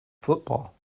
football